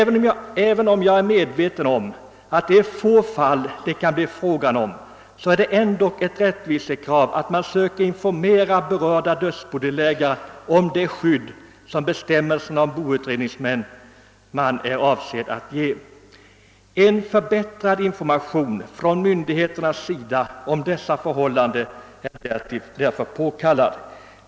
Det är visserligen fråga om få sådana fall, men det är ändå ett rättvisekrav att man söker informera berörda dödsbodelägare om det skydd, som bestämmelserna om boutredningsman är avsedda att ge. En förbättrad information från myndigheterna om dessa förhållanden är därför påkallad.